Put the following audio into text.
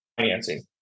financing